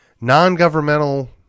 non-governmental